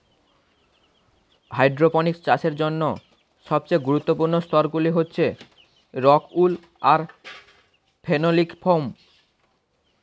hydroponics চাষের জন্য সবচেয়ে গুরুত্বপূর্ণ স্তরগুলি হচ্ছে রক্ উল আর ফেনোলিক ফোম